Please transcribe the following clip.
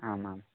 आम् आम्